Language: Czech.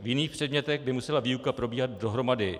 V jiných předmětech by musela výuka probíhat dohromady.